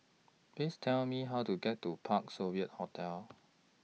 Please Tell Me How to get to Parc Sovereign Hotel